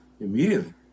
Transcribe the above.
immediately